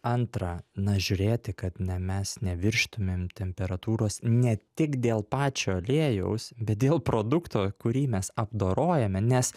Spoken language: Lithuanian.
antra na žiūrėti kad ne mes neviršytumėm temperatūros ne tik dėl pačio aliejaus bet dėl produkto kurį mes apdorojame nes